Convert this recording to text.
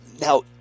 Now